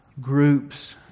groups